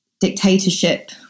dictatorship